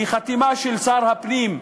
והיא חתימה של שר הפנים,